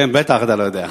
כן, בטח, אתה לא יודע.